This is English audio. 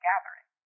Gathering